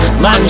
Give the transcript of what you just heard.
Man